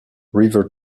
river